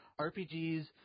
RPGs